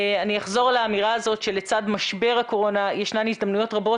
אחזור על האמירה הזו שלצד משבר הקורונה ישנם הזדמנויות רבות